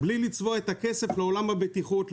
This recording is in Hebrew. בלי לצבוע את הכסף לעולם הבטיחות,